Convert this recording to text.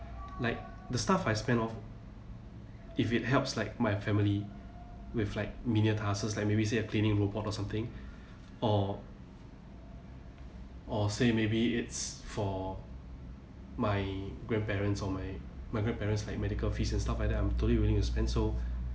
like the stuff I spend off if it helps like my family with like menial tasks like maybe say a cleaning robot or something or or say maybe it's for my grandparents or my my grandparents like medical fees and stuff like that I'm totally willing to spend so